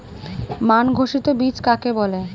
মান ঘোষিত বীজ কাকে বলে?